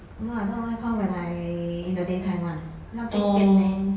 no I don't on aircon when I in the daytime [one] 浪费电 leh